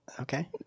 Okay